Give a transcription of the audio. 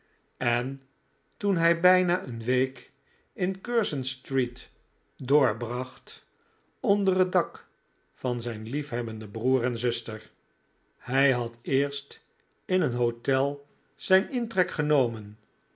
en toen hij bijna een week in curzon street doorbracht onder het dak van zijn liefhebbenden broer en zuster hij had eerst in een hotel zijn intrek genomen